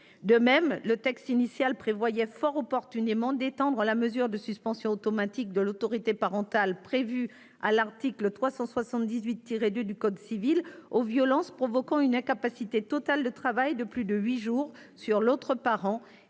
De même, le texte initial prévoyait fort opportunément d'étendre la mesure de suspension automatique de l'autorité parentale, prévue à l'article 378-2 du code civil, aux violences provoquant une ITT de plus de huit jours sur l'autre parent,